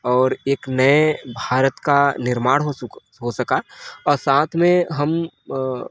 और एक नए भारत का निर्माण हो सका और साथ में हम